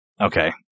Okay